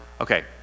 Okay